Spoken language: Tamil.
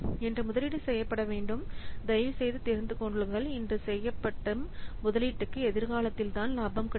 இன்று முதலீடு செய்யப்பட வேண்டும் தயவுசெய்து தெரிந்துகொள்ளுங்கள் இன்று செய்யப்படும் முதலீட்டுக்கு எதிர்காலத்தில் தான் லாபம் கிடைக்கும்